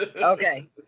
Okay